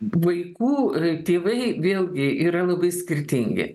vaikų tėvai vėlgi yra labai skirtingi